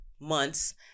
months